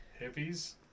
Hippies